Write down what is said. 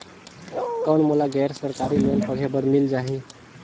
कौन मोला गैर सरकारी लोन पढ़े बर मिल जाहि?